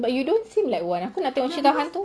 but you don't seem like one aku nak tengok cerita hantu